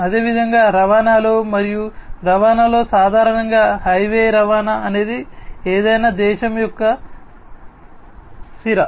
అదేవిధంగా రవాణాలో మరియు రవాణాలో సాధారణంగా హైవే రవాణా అనేది ఏదైనా దేశం యొక్క సిర